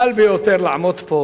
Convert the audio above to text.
הקל ביותר זה לעמוד פה